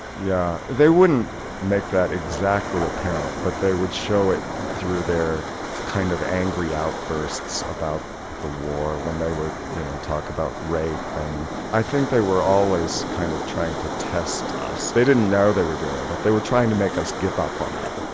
yeah, they wouldn't make that exactly apparent, but they would show it through their kind of angry outbursts about the war, when they would you know talk about rape. and i think they were always kind of trying to test us. they didn't know they were doing it but they were trying to make us give up on them,